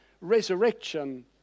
resurrection